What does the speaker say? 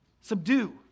subdue